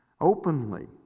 openly